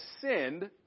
sinned